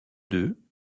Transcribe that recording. deux